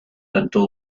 until